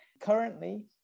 currently